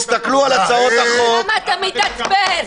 למה אתה מתעצבן?